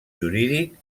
jurídic